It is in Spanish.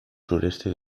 sureste